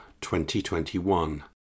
2021